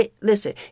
listen